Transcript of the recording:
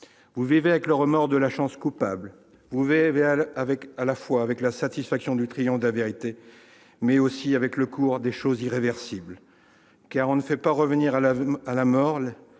Vous vivez avec le remords de la chance coupable, avec à la fois la satisfaction du triomphe de la vérité et le cours des choses irréversibles, car on ne fait pas revenir à la vie